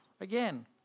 again